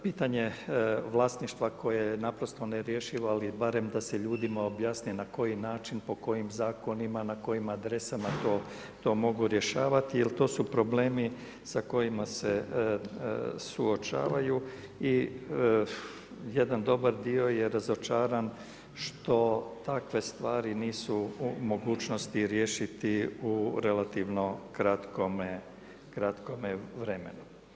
Pitanje vlasništva koje je naprosto nerješivo ali barem da se ljudima objasni na koji način, po kojim zakonima, na kojim adresama to mogu rješavati jer to su problemi sa kojima se suočavaju i jedan dobar dio je razočaran što takve stvari nisu u mogućnosti riješiti u relativno kratkome vremenu.